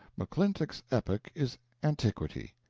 mcclintock's epoch is antiquity.